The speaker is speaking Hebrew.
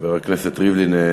חבר הכנסת ריבלין,